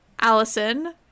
Allison